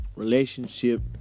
Relationship